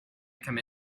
come